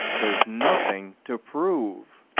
there's nothing to prove.